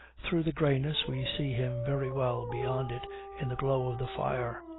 through the greyness we see him very well beyond it in the glow of the fire.